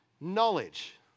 knowledge